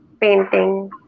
painting